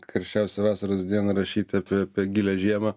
karščiausią vasaros dieną rašyt apie apie gilią žiemą